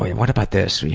what about this,